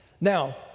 Now